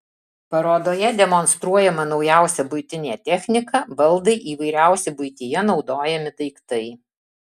parodoje demonstruojama naujausia buitinė technika baldai įvairiausi buityje naudojami daiktai